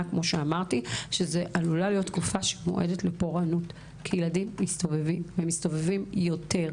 שזו עלולה להיות תקופה מועדת לפורענות כי ילדים מסתובבים יותר.